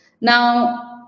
now